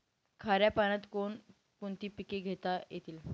खाऱ्या पाण्यात कोण कोणती पिके घेता येतील?